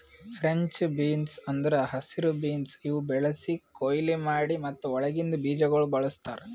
French beans ಅಂದುರ್ ಹಸಿರು beans ಇವು ಬೆಳಿಸಿ, ಕೊಯ್ಲಿ ಮಾಡಿ ಮತ್ತ ಒಳಗಿಂದ್ ಬೀಜಗೊಳ್ ಬಳ್ಸತಾರ್